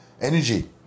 energy